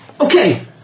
Okay